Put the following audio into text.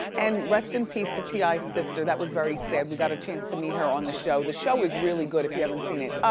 and rest in peace, to ti's sister. that was very sad, we got a chance to meet her on the show. the show is really good, if you haven't seen it.